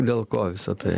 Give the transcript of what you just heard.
dėl ko visa tai